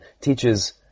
teaches